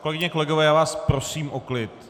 Kolegyně, kolegové, já vás prosím o klid!